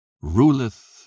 ruleth